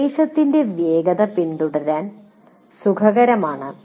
നിർദ്ദേശത്തിന്റെ വേഗത പിന്തുടരാൻ സുഖകരമാണ്